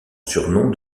surnom